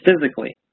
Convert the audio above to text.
physically